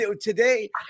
Today